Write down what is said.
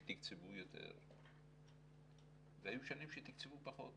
שתקצבו יותר והיו שנים שתקצבו פחות.